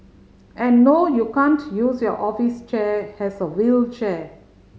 and no you can't use your office chair has a wheelchair